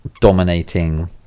dominating